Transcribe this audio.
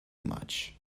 much